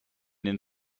den